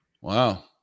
Wow